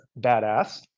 badass